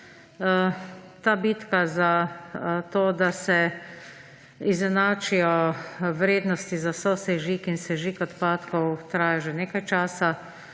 Ta bitka za to, da se izenačijo vrednosti za sosežig in sežig odpadkov, traja že nekaj časa.